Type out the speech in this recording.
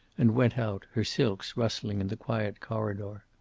and went out, her silks rustling in the quiet corridor.